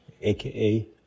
aka